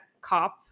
cop